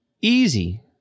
easy